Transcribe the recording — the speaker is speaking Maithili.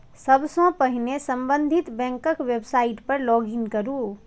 सबसं पहिने संबंधित बैंकक वेबसाइट पर लॉग इन करू